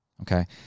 okay